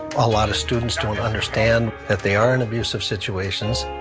a lot of students don't understand that they are in abusive situations,